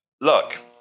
Look